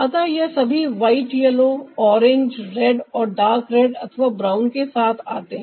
अतः यह सभी वाइट येलो ऑरेंज रेड और डार्क रेड अथवा ब्राउन के साथ आते हैं